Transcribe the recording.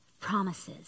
promises